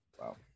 Wow